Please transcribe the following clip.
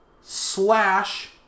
slash